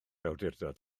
awdurdod